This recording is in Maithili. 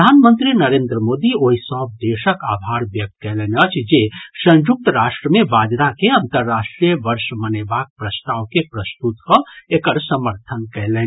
प्रधानमंत्री नरेन्द्र मोदी ओहि सभ देशक अभार व्यक्त कयलनि अछि जे संयुक्त राष्ट्र मे बाजरा के अन्तर्राष्ट्रीय वर्ष मनेबाक प्रस्ताव के प्रस्तुत कऽ एकर समर्थन कयलनि